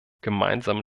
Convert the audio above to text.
gemeinsamen